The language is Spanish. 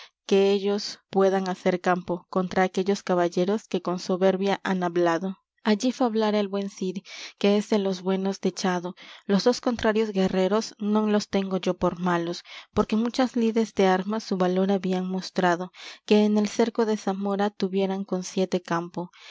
que ellos puedan hacer campo contra aquellos caballeros que con soberbia han hablado allí fablara el buen cid que es de los buenos dechado los dos contrarios guerreros non los tengo yo por malos porque en muchas lides de armas su valor habían mostrado que en el cerco de zamora tuvieran con siete campo